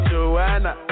Joanna